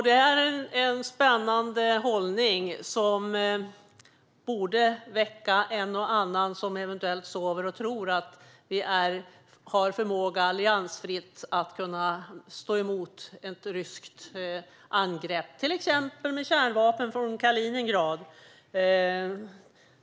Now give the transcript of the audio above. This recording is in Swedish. Det är en spännande hållning som borde väcka en och annan som eventuellt sover och tror att vi har förmåga att alliansfritt stå emot ett ryskt angrepp till exempel med kärnvapen från Kaliningrad.